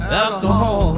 alcohol